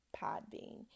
Podbean